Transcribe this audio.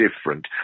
different